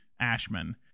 Ashman